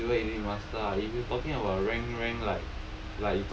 uh then silver elite master ah if you talking about rank rank like